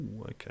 Okay